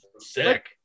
Sick